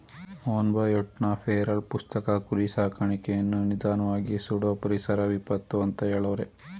ಮೊನ್ಬಯೋಟ್ನ feral ಪುಸ್ತಕ ಕುರಿ ಸಾಕಾಣಿಕೆಯನ್ನು ನಿಧಾನ್ವಾಗಿ ಸುಡೋ ಪರಿಸರ ವಿಪತ್ತು ಅಂತ ಹೆಳವ್ರೆ